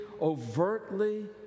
overtly